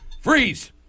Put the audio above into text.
Freeze